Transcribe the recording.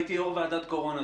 הייתי יו"ר ועדת קורונה,